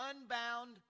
unbound